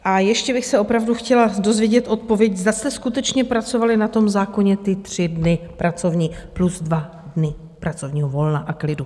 A ještě bych se opravdu chtěla dozvědět odpověď, zda jste skutečně pracovali na tom zákoně ty tři dny pracovní plus dva dny pracovního volna a klidu.